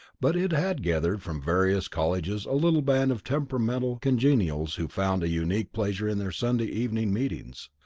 but it had gathered from various colleges a little band of temperamental congenials who found a unique pleasure in their sunday evening meetings.